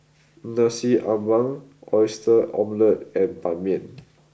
Nasi Ambeng Oyster Omelette and Ban Mian